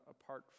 apart